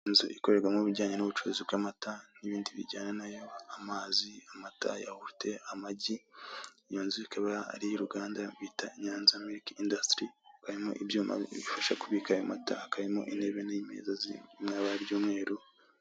Inzu ikorerwamo ibijyanye n'ubucuruzi bw'amata, n'ibindi bijyana nayo; amazi, amata, yawurute, amagi. Iyo nzu akaba ari iy'uruganda bita Nyanza miliki indasitiri. Hakaba harimo ibyuma bifasha kubika ayo mata, hakaba harimo intebe n'imeza ziri mw'ibara ry'umweru.